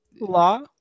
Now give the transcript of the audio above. Law